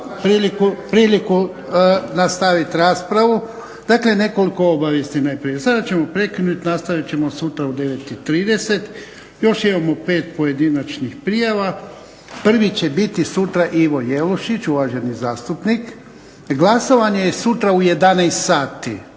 priliku nastaviti raspravu. Dakle nekoliko obavijesti najprije. Sada ćemo prekinuti, nastaviti ćemo sutra u 9 i 30. Još imamo 5 pojedinačnih prijava. Prvi će biti sutra Ivo Jelušić, uvaženi zastupnik. Glasovanje je sutra 11